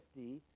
50